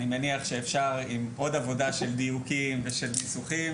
אני מניח שאפשר עם עוד עבודה של דיוקים ושל ניסוחים